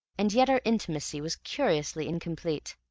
and yet our intimacy was curiously incomplete.